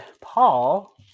Paul